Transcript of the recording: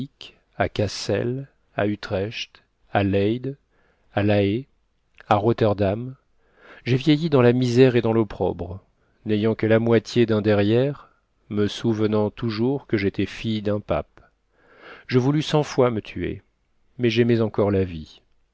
à cassel à utrecht à leyde à la haye à rotterdam j'ai vieilli dans la misère et dans l'opprobre n'ayant que la moitié d'un derrière me souvenant toujours que j'étais fille d'un pape je voulus cent fois me tuer mais j'aimais encore la vie